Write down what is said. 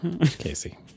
Casey